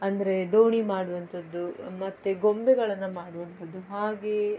ಅಂದರೆ ದೋಣಿ ಮಾಡುವಂಥದ್ದು ಮತ್ತೆ ಗೊಂಬೆಗಳನ್ನು ಮಾಡುವಂಥದ್ದು ಹಾಗೆಯೇ